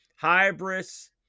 Hybris